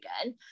again